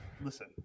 listen